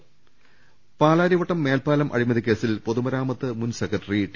് പാലാരിവട്ടം മേൽപ്പാലം അഴിമതിക്കേസിൽ പൊതുമരാമത്ത് മുൻ സെക്രട്ടറി ടി